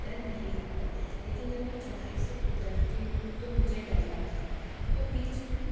डर नहीं लगता लेकिन जब मैं चढ़ाई से उतरती हूँ तो मुझे डर लगता है और बीच में